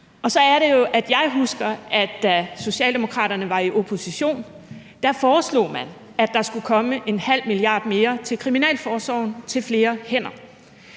jeg husker, at da Socialdemokraterne var i opposition, foreslog man, at der skulle komme 0,5 mia. kr. mere til kriminalforsorgen til flere hænder.